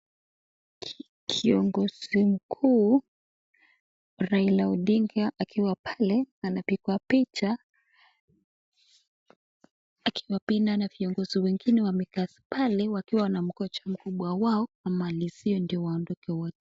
Kiongozi mkuu Raila Odinga akiwa pale anapigwa picha. Akiwa pia naona viongozi wengine wakikaa pale wakiwa wakikaa pale wakiwa wanangoja mkubwa wao amaliziwe ndio waondoke wote.